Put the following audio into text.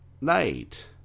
night